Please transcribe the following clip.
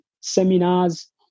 seminars